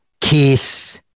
Kiss